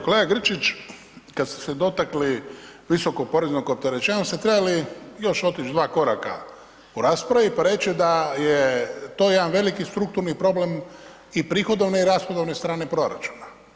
Kolega Grčić, kad ste se dotakli visokog poreznog opterećenja onda ste trebali još otić dva koraka u raspravi, pa reći da je to jedan veliki strukturni problem i prihodovne i rashodovne strane proračuna.